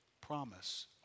promise